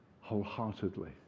wholeheartedly